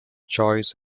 choice